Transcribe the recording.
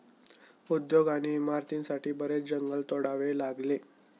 उद्योग आणि इमारतींसाठी बरेच जंगल तोडावे लागले